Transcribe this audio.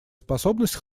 способность